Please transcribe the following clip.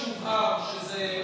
אדוני היושב-ראש,